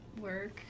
work